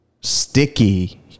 sticky